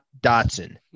Dotson